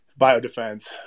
biodefense